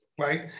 right